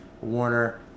Warner